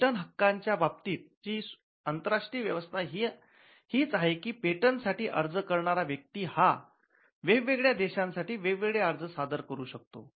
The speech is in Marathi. पेटंट हक्काच्या बाबतीची आंतरराष्ट्रीय व्यवस्था हीच आहे की पेटंट साठी अर्ज करणारा व्यक्ती हा वेगवेगळ्या देशासाठी वेगवेगळे अर्ज सादर करू शकतो